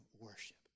worship